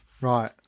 Right